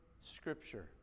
scripture